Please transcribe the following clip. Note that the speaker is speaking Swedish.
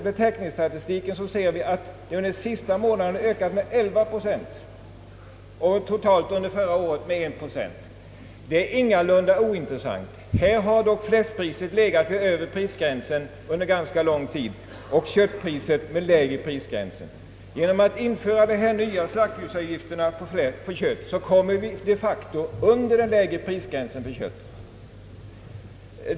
Betäckningsstatistiken har under oktober ökat med 11 procent och totalt under förra året med 1 procent. Det är ingalunda ointressant. Fläskpriset har dock legat vid övre prisgränsen under ganska lång tid och köttpriset vid nedre prisgrän sen. Genom att införa de nya slaktdjursavgifterna på kött kommer vi de facto under den nedre prisgränsen för kött.